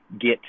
get